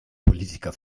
politiker